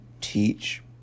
teach